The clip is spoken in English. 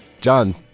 John